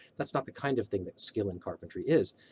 that's not the kind of thing that skill in carpentry is.